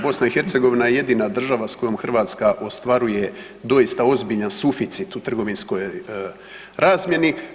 BiH je jedina država s kojom Hrvatska ostvaruje doista ozbiljan suficit u trgovinskoj razmjeni.